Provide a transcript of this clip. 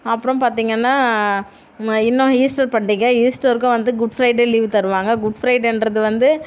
அப்புறம் பார்த்திங்கன்னா ம இன்னும் ஈஸ்டர் பண்டிகை ஈஸ்டருக்கும் வந்து குட் ஃப்ரைடே லீவ் தருவாங்க குட் ஃப்ரைடேன்றது வந்து